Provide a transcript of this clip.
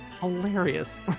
hilarious